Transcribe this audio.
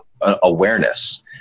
awareness